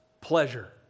pleasure